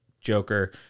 Joker